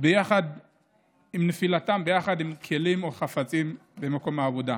ביחד עם כלים או חפצים במקום העבודה.